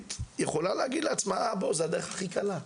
יכולה להגיד לעצמה שזו הדרך הכי קלה.